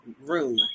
room